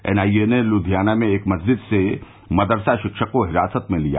NIA ने लुधियाना में एक मस्जिद से मदरसा शिक्षक को हिरासत में लिया